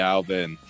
Alvin